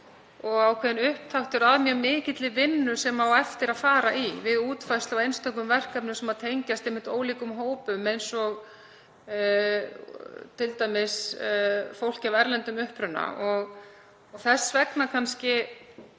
og ákveðinn upptaktur að mjög mikilli vinnu sem á eftir að fara í við útfærslu á einstökum verkefnum sem tengjast ólíkum hópum, eins og t.d. fólki af erlendum uppruna. Þess vegna er